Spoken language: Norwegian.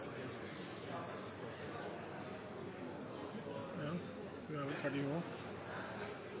igjen. Noen av